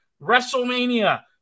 WrestleMania